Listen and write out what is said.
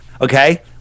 Okay